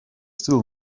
still